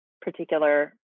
particular